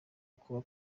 kuba